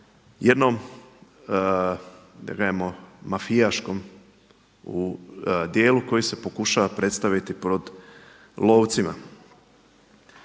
jednom da kažemo mafijaškom dijelu koji se pokušava predstaviti pod lovcima.